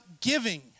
giving